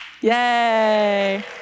Yay